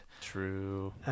True